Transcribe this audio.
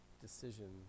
decision